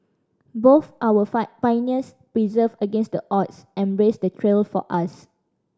both our pioneers persevered against the odds and blazed the trail for us